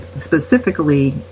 specifically